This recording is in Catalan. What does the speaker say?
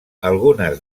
algunes